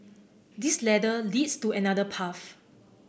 this ladder leads to another path